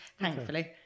thankfully